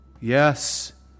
Yes